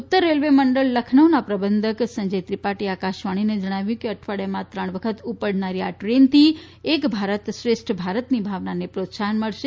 ઉત્તર રેલવે મંડળ લખનઉના પ્રબંધક સંજય ત્રિપાઠીએ આકાશવાણીને જણાવ્યું કે અઠવાડિયામાં ત્રણ વખત ઉપડનારી આ ટ્રેનથી એક ભારત શ્રેષ્ઠ ભારતની ભાવનાને પ્રોત્સાહન મળશે